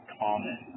common